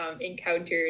encountered